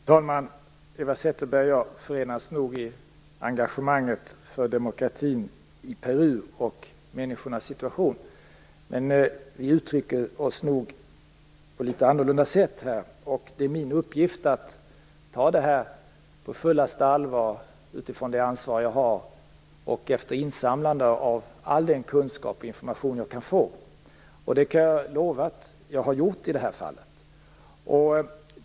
Fru talman! Eva Zetterberg och jag förenas nog i engagemanget för demokratin och för människornas situation i Peru, men vi uttrycker oss på litet olika sätt. Det är min uppgift att ta det här på fullaste allvar utifrån det ansvar jag har och efter insamlande av all den kunskap och information jag kan få, och det kan jag lova att jag har gjort i det här fallet.